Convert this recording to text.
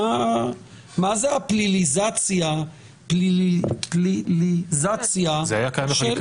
מה זה הפליליזציה של -- זה היה קיים בחקיקה